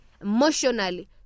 Emotionally